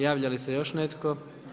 Javlja li se još netko?